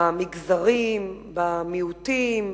במגזרים, במיעוטים,